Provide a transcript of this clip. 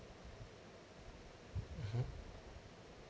mmhmm